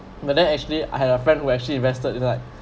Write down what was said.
but then actually I had a friend who actually invested you know like